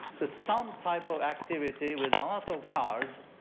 to some type of activity with a lot of cards.